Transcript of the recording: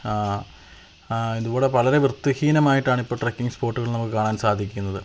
ഇത് ഇവിടെ വളരെ വൃത്തി ഹീനമായിട്ടാണ് ഇപ്പം ട്രക്കിംഗ് സ്പോട്ടുകള് നമുക്ക് കാണാന് സാധിക്കുന്നത്